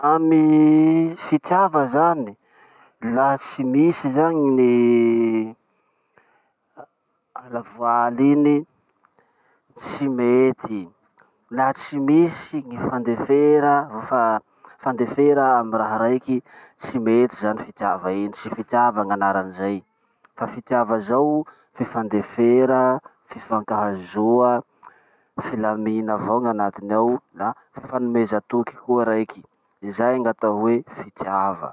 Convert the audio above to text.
Amy fitiava zany, laha tsy misy zany ny ala voaly iny, tsy mety. Laha tsy misy gny fandefera, fa, fandefera amy raha raiky tsy mety zany fitiava iny tsy fitiava gn'anaran'izay. Fa fitiava zao, fifandefera, fifankahazoa, filamina avao gn'anatiny ao na fifanomeza toky koa raiky. Zay gn'atao hoe fitiava.